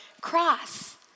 cross